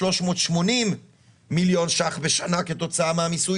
380 מיליון שקלים בשנה כתוצאה מהמיסוי